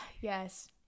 Yes